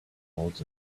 holes